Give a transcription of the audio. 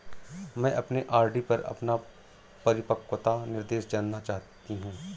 मैं अपने आर.डी पर अपना परिपक्वता निर्देश जानना चाहती हूँ